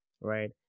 right